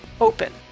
open